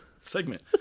Segment